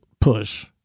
push